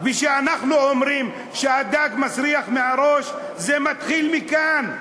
וכשאנחנו אומרים "הדג מסריח מהראש" זה מתחיל מכאן.